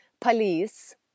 police